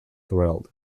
thrilled